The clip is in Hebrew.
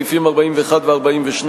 סעיפים 41 ו-42,